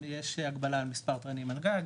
יש הגבלה למספר תרנים על גג,